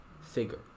figure